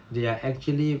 they are actually